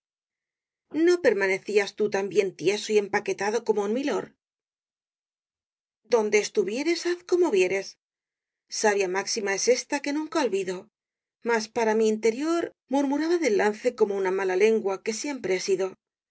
no permanecías tú también tieso y empaquetado como un milord donde estuvieres haz como vieres sabia máxima es ésta que nunca olvido mas para mi interior murmuraba del lance como un mala lengua que siempre he sido